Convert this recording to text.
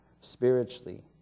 spiritually